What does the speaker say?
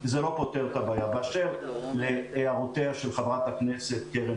חברת הכנסת קרן